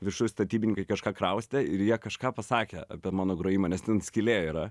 viršuj statybininkai kažką kraustė ir jie kažką pasakė apie mano grojimą nes ten skylė yra